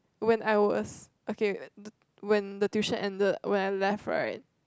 when I was okay the when the tuition ended when I left right